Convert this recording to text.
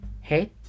Hate